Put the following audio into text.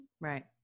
Right